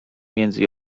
między